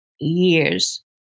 years